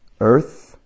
Earth